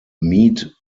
mead